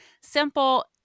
simple